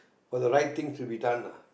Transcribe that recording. for the right things to be done lah